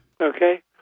Okay